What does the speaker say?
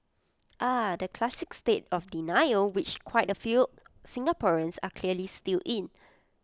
ah the classic state of denial which quite A few Singaporeans are clearly still in